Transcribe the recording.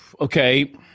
Okay